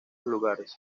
lugares